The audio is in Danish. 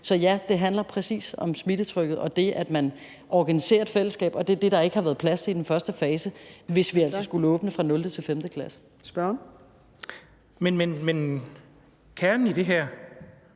Så ja, det handler præcis om smittetrykket og det, at man organiserer et fællesskab, og det er det, der ikke har været plads til i den første fase, hvis vi skulle åbne fra 0. til 5. klasse. Kl. 14:53 Fjerde